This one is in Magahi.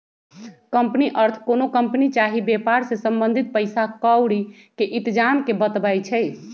कंपनी अर्थ कोनो कंपनी चाही वेपार से संबंधित पइसा क्औरी के इतजाम के बतबै छइ